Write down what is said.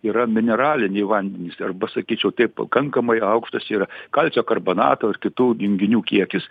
yra mineraliniai vandenys arba sakyčiau tai pakankamai aukštas yra kalcio karbonato ir kitų junginių kiekis